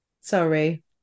Sorry